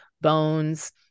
bones